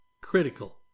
critical